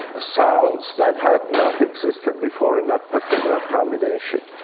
ah sounds that had not existed before in that particular combination.